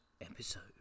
episode